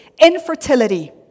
Infertility